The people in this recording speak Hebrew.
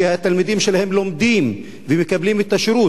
שהתלמידים שלהם לומדים ומקבלים את השירות